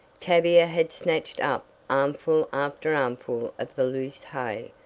tavia had snatched up armful after armful of the loose hay,